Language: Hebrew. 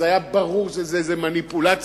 היה ברור שזה איזה מניפולציה.